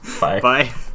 Bye